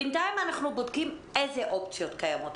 בינתיים אנחנו בודקים איזה אופציות קיימות.